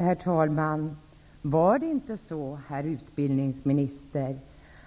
Herr talman! Var det inte så, herr utbildningsminister,